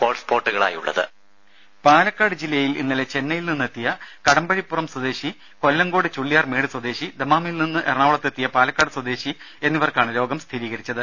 voice ദേദ പാലക്കാട് ജില്ലയിൽ ഇന്നലെ ചെന്നൈയിൽ നിന്നെത്തിയ കടമ്പഴിപ്പുറം സ്വദേശി കൊല്ലങ്കോട് ചുള്ളിയാർമേട് സ്വദേശി ദമാമിൽ നിന്ന് എറണാകുളത്തെത്തിയ പാലക്കാട് സ്വദേശി എന്നിവർക്കാണ് രോഗം സ്ഥിരീകരിച്ചത്